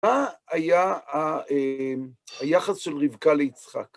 מה היה היחס של רבקה ליצחק?